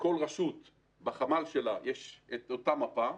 לכל רשות יש בחמ"ל שלה את אותה מפה.